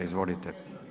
Izvolite.